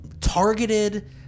targeted